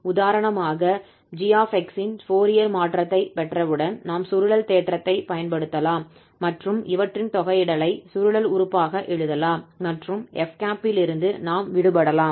உதாரணமாக g𝑥 இன் ஃபோரியர் மாற்றத்தைப் பெற்றவுடன் நாம் சுருளல் தேற்றத்தைப் பயன்படுத்தலாம் மற்றும் இவற்றின் தொகையிடலை சுருளல் உறுப்பாக எழுதலாம் மற்றும் 𝑓̂ லிருந்து நாம் விடுபடலாம்